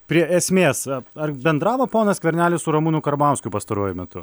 prie esmės ar bendravo ponas skvernelis su ramūnu karbauskiu pastaruoju metu